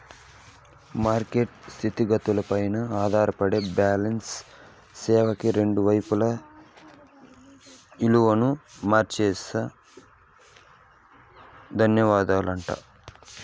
market స్థితిగతులపైనే ఆధారపడి balance సేసేకి రెండు వైపులా ఇలువను మార్చే సాధనాలుంటాయట